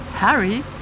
Harry